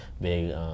big